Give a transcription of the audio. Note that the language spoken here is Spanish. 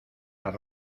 las